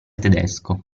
tedesco